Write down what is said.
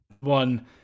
one